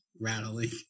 Rattling